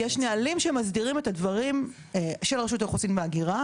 יש נהלים שמסדירים את הדברים של רשות האוכלוסין וההגירה